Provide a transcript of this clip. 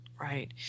right